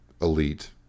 elite